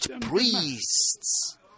priests